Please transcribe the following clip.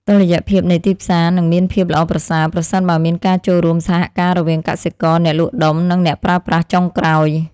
តុល្យភាពនៃទីផ្សារនឹងមានភាពល្អប្រសើរប្រសិនបើមានការចូលរួមសហការរវាងកសិករ អ្នកលក់ដុំ និងអ្នកប្រើប្រាស់ចុងក្រោយ។